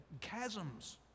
chasms